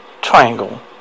Triangle